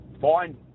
fine